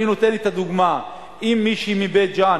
אני נותן דוגמה: אם מישהי מבית-ג'ן,